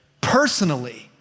personally